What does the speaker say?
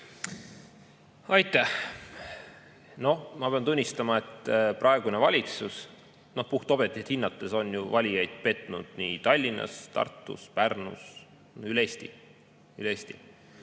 Aitäh! Noh, ma pean tunnistama, et praegune valitsus puhtobjektiivselt hinnates on ju valijaid petnud Tallinnas, Tartus, Pärnus, üle Eesti. Kindlasti